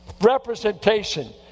representation